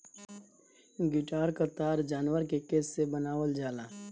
guitar क तार जानवर के केस से बनावल जाला